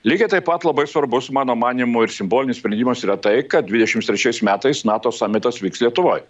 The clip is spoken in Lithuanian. lygiai taip pat labai svarbus mano manymu ir simbolinis sprendimas yra tai kad dvidešimt trečiais metais nato samitas vyks lietuvoj